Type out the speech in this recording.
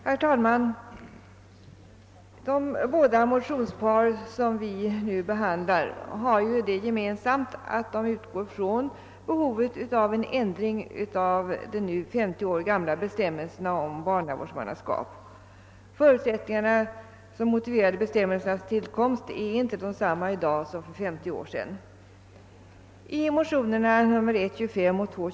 Herr talman! De båda motionspar, som vi nu behandlar, har det gemensamt att de utgår från behovet av en ändring av de nu 50 år gamla bestämmelserna om barnavårdsmannaskap. De förutsättningar som motiverade bestämmelsernas tillkomst är i dag inte desamma som de som förelåg när barnavårdsmannainstitutionen infördes för cirka 50 år sedan.